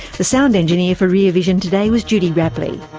the sound engineer for rear vision today was judy rapley.